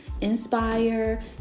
inspire